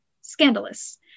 scandalous